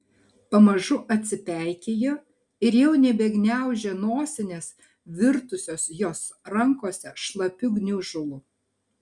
pamažu atsipeikėjo ir jau nebegniaužė nosinės virtusios jos rankose šlapiu gniužulu